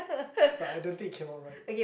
but I don't think it came out right